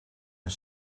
een